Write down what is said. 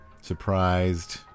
surprised